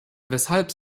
weshalb